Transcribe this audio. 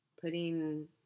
putting